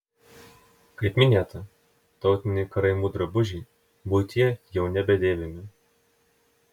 kaip minėta tautiniai karaimų drabužiai buityje jau nebedėvimi